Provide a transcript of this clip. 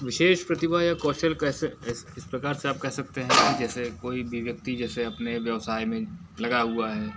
विशेष प्रतिभा या कौशल कैसे ऐसे इस प्रकार से आप कह सकते हैं कि जैसे कोई भी व्यक्ति जैसे अपने व्यवसाय में लगा हुआ है